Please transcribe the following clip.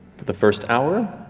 the first hour